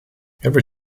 every